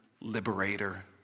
liberator